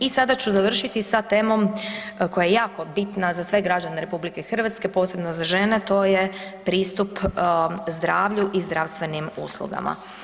I sada ću završiti sa temom koja je jako bitna za sve građane RH, posebno za žene, to je pristup zdravlju i zdravstvenim uslugama.